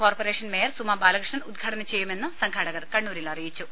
corporation mayor Suma Balakrishnan ഉദ്ഘാടനം ചെയ്യുമെന്ന് സംഘാടകർ കണ്ണൂരിൽ അറിയിച്ചു